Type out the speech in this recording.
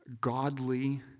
godly